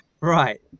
Right